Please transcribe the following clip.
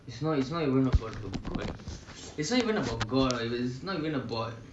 it's not it's not even god it's not even about who you worship and stuff it's about transiting this compulsion itself